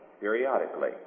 periodically